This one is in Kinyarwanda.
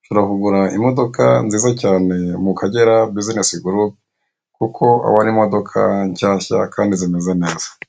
ushobora kugura imodoka nziza cyane mu Kagera bizinesi gurupe kuko aba ari imodoka nshyashya kandi zimeze neza.